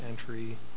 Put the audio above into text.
entry